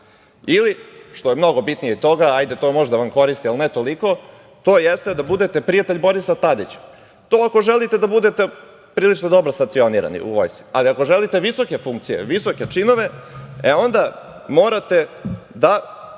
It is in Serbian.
ili, što je mnogo bitnije od toga, hajde to može da vam to koristi, ali ne toliko, to jeste da budete prijatelj Borisa Tadića. To ako poželite da budete prilično dobro stacionirani u vojsci, ali ako želite visoke funkcije, visoke činove, e onda morate da,